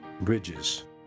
Bridges